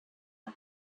and